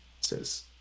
says